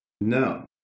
No